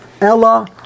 Ella